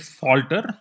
falter